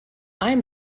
i’m